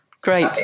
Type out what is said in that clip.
Great